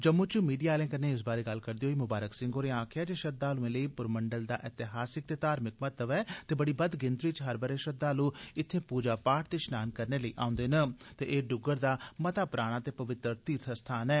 जम्मू च मीडिया आलें कन्नै इस बारे गल्ल करदे होई मुबारक सिंह होरें आक्खेआ जे श्रद्धालुएं लेई पुरमंडल दा एतिहासक ते धार्मिक महत्व ऐ ते बड़ी बद्द गिनतरी च हर ब'रे श्रवलु इत्थें पूजा पाठ ते श्नान करने लेई औंदे न ते एह् डुग्गर दा मता पराना ते पवित्र तीर्थ अस्थान ऐ